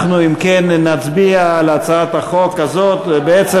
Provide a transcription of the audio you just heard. אם כן, נצביע על הצעת החוק הזאת, בהרמת ידיים.